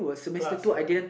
class lah